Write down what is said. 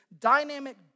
dynamic